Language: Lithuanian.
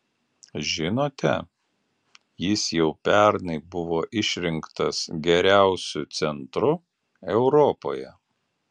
žinote jis jau pernai buvo išrinktas geriausiu centru europoje